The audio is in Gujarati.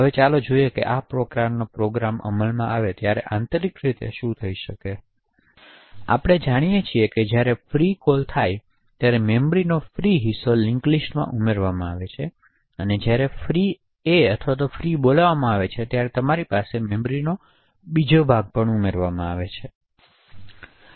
હવે ચાલો જોઈએ કે જ્યારે આ પ્રકારનો પ્રોગ્રામ અમલમાં આવે છે ત્યારે આંતરિક રીતે શું થાય છે આપણે જાણીએ છીએ કે જ્યારે ફ્રીકોલ થાય છે ત્યારે મેમરીનો ફ્રી હિસ્સો લિન્ક લિસ્ટમાં ઉમેરવામાં આવે છે જ્યારે ફ્રી બી બોલાવવામાં આવે છે ત્યારે તમારી પાસે મેમરીનો બીજો ભાગ ઉમેરવામાં આવશે